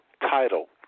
title